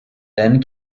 then